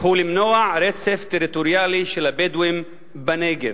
הוא למנוע רצף טריטוריאלי של הבדואים בנגב.